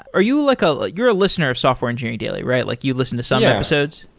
are you like a you're a listener of software engineering daily, right? like you listen to some episodes?